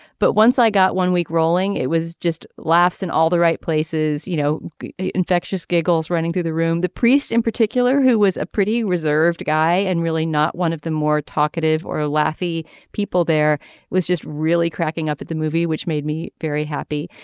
but once i got one week rolling it was just laughs and all the right places you know infectious giggles running through the room the priest in particular who was a pretty reserved guy and really not one of the more talkative or olathe people there was just really cracking up at the movie which made me very happy.